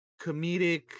comedic